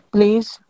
Please